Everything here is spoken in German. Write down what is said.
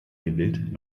gewillt